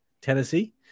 Tennessee